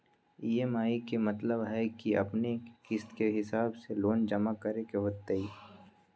EMI के मतलब है कि अपने के किस्त के हिसाब से लोन जमा करे के होतेई?